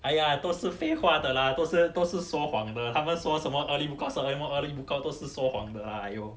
哎呀都是废话的啦都是都是说谎的他们说什么 early book out 什么 early book out 都是说谎的啦哎哟